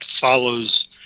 follows